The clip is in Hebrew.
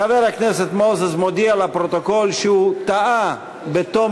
חבר הכנסת מוזס מודיע לפרוטוקול שהוא טעה בתום